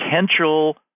potential